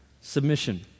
submission